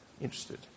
interested